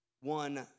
One